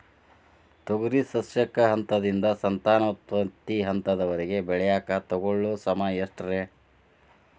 ತೊಗರಿ ಸಸ್ಯಕ ಹಂತದಿಂದ, ಸಂತಾನೋತ್ಪತ್ತಿ ಹಂತದವರೆಗ ಬೆಳೆಯಾಕ ತಗೊಳ್ಳೋ ಸಮಯ ಎಷ್ಟರೇ?